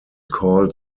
called